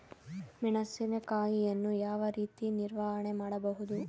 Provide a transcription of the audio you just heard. ಮೆಣಸಿನಕಾಯಿಯನ್ನು ಯಾವ ರೀತಿ ನಿರ್ವಹಣೆ ಮಾಡಬಹುದು?